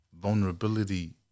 vulnerability